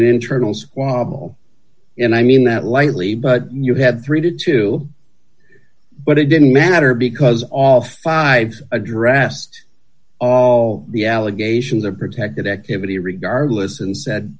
an internal squabble and i mean that lightly but you had three to two but it didn't matter because all five addressed all the allegations of protected activity regardless and said